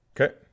Okay